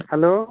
hello